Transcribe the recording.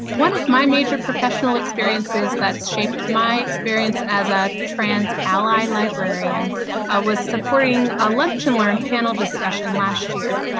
one of my major professional experiences that's shaped my experience as a trans ally librarian was supporting a lunch and learn panel discussion last year,